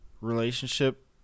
relationship